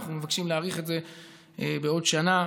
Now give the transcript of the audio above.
בעוד שנה,